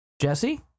Jesse